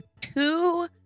two